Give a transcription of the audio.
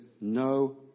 no